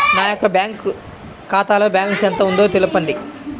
నా యొక్క బ్యాంక్ ఖాతాలో బ్యాలెన్స్ ఎంత ఉందో తెలపండి?